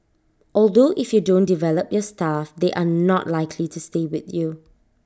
although if you don't develop your staff they are not likely to stay with you